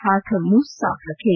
हाथ और मुंह साफ रखें